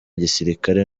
gisirikare